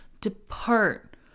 depart